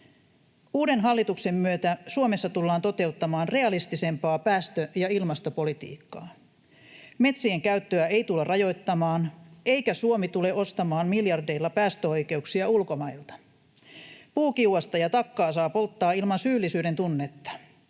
Uuden hallituksen myötä Suomessa tullaan toteuttamaan realistisempaa päästö- ja ilmastopolitiikkaa. Metsien käyttöä ei tulla rajoittamaan, eikä Suomi tule ostamaan miljardeilla päästöoikeuksia ulkomailta. Puukiuasta ja takkaa saa polttaa ilman syyllisyydentunnetta.